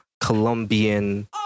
Colombian